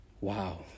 Wow